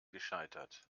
gescheitert